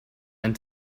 and